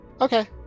Okay